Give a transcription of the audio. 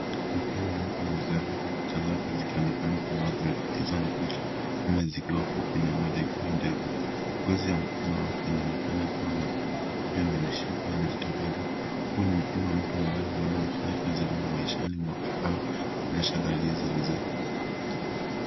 Mkono wa mtu mzee, huku kucha zake zikionekana kama zimekatizwa na kucha nne zikuwa fupi na moja ikuwa ndefu. Ngozi ya mkono una onekana kuwa na mikunjo na mishipe unao jitokeza. Huu ni mkono wa mtu ambaye amefanya kazi ngumu maishani mwake au kuonyesha dalili za uzee.